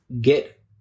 get